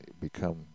become